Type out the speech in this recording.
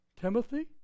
Timothy